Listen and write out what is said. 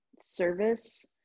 service